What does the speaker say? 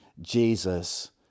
jesus